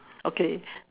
okay